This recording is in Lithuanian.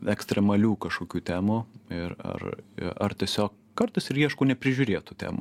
ekstremalių kažkokių temų ir ar ar tiesio kartais ir ieškau neprižiūrėtų temų